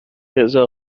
رضا